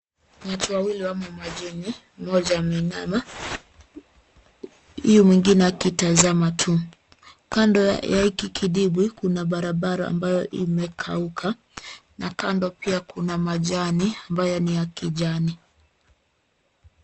Nyati wawili wamo majini, mmoja ameinama huyu mwingine akitazama tu. Kando ya hiki kidimbwi, kuna barabara ambayo imekauka na kando pia kuna majani ambayo ni ya kijani.